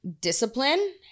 discipline